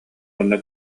манна